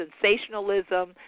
sensationalism